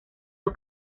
los